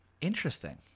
Interesting